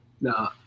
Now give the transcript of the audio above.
No